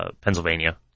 Pennsylvania